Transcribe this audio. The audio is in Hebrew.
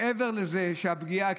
מעבר לזה שהפגיעה,